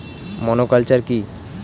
Monoculture কি?